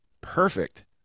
perfect